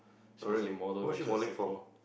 oh really who was she modelling for